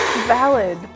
Valid